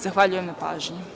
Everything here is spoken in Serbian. Zahvaljujem na pažnji.